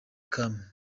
kami